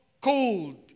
cold